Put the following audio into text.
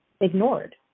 ignored